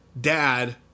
Dad